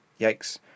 Yikes